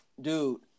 dude